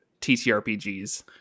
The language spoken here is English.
TTRPGs